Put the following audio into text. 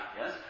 yes